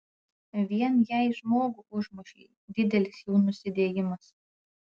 vien jei žmogų užmušei didelis jau nusidėjimas